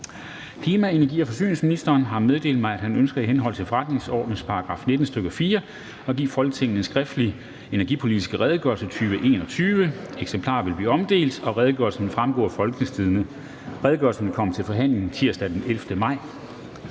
Klima-, energi- og forsyningsministeren (Dan Jørgensen) har meddelt mig, at han ønsker i henhold til forretningsordenens § 19, stk. 4, at give Folketinget en skriftlig Energipolitisk redegørelse 2021. (Redegørelse nr. R 16). Eksemplarer vil blive omdelt, og redegørelsen vil fremgå af www.folketingstidende.dk. Redegørelsen vil komme til forhandling tirsdag den 11. maj